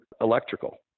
electrical